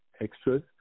extras